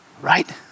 Right